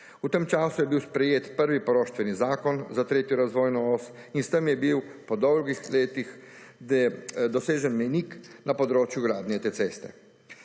V tem času je bil sprejet prvi poroštveni zakon za tretjo razvojno os in s tem je bil po dolgih letih dosežen mejnik na področju gradnje te ceste.